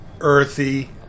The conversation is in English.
earthy